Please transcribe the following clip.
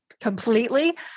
completely